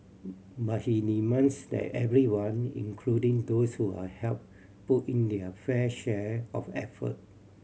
but he demands that everyone including those who are helped put in their fair share of effort